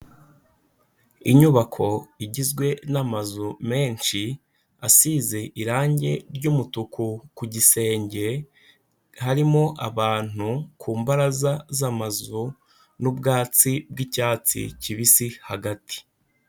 Inyubako igizwe n'amazu menshi asize irangi ry'umutuku ku gisenge, harimo abantu ku mbaraza z'amazu, n'ubwatsi bw'icyatsi kibisi hagati.